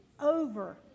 over